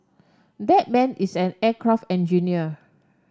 that man is an aircraft engineer